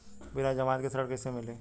बिना जमानत के ऋण कैसे मिली?